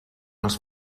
els